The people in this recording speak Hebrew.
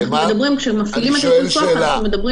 כשהם מפעילים את הפיקוח אנחנו מדברים